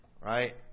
right